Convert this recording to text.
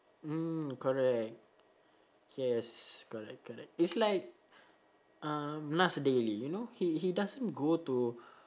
mm correct yes correct correct it's like um nas daily you know he he doesn't go to